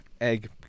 egg